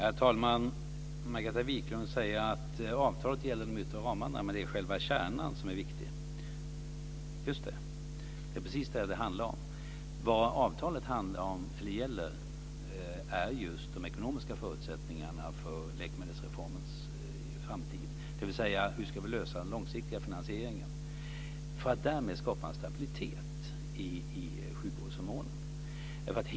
Herr talman! Margareta Viklund säger att avtalet gäller de yttre ramarna men att det är själva kärnan som är viktig. Just det! Det är precis det som det handlar om. Avtalet gäller just de ekonomiska förutsättningarna för läkemedelsreformens framtid, dvs. hur vi ska ordna den långsiktiga finansieringen för att därmed skapa en stabilitet i sjukvårdsförmånen.